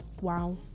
Wow